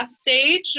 stage